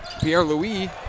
Pierre-Louis